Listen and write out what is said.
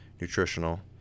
nutritional